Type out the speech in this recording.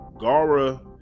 Gara